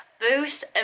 boost